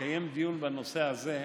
ולקיים דיון בנושא הזה.